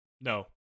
No